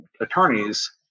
attorneys